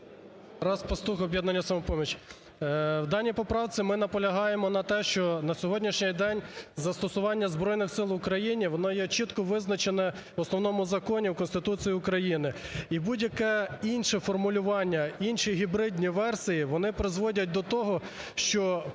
Тарас Пастух, "Об'єднання "Самопоміч". В даній поправці ми наполягаємо на тому, що на сьогоднішній день застосування збройних сил в Україні воно чітко визначене в основному законі і в Конституції України. І будь-яке інше формулювання, інші гібридні версії вони призводять до того, що